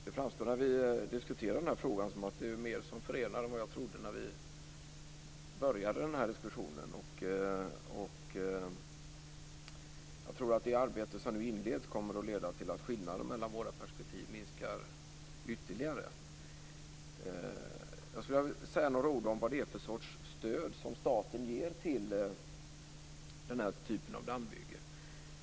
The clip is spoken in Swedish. Fru talman! Det framstår, när vi diskuterar den här frågan, som att det är mer som förenar än vad jag trodde när vi började diskussionen. Jag tror att det arbete som nu inleds kommer att leda till att skillnader mellan våra perspektiv minskar ytterligare. Jag skulle vilja säga några ord om vad det är för slags stöd som staten ger till den här typen av dammbyggen.